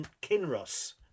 Kinross